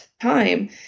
time